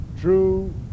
true